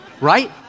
Right